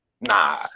nah